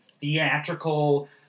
theatrical